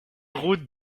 route